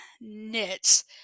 knits